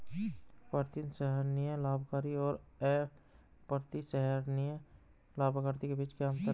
प्रतिसंहरणीय लाभार्थी और अप्रतिसंहरणीय लाभार्थी के बीच क्या अंतर है?